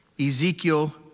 Ezekiel